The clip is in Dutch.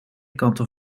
kanten